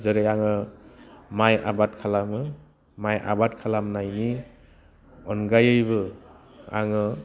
जेरै आङो माइ आबाद खालामो माइ आबाद खालामनायनि अनगायैबो आङो